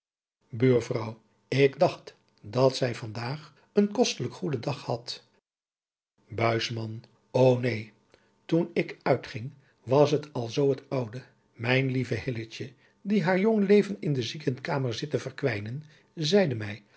buurvrouw ik dacht dat zij van daag een kostelijk goeden dag had buisman o neen toen ik uitging was het al zoo het oude mijn lieve hilletje die haar jong leven in de ziekekamer zit te verkwijnen zeide mij